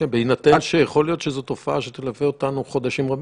בהינתן שיכול להיות שזאת תופעה שתלווה אותנו חודשים רבים.